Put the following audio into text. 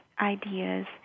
ideas